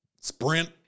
Sprint